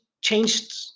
changed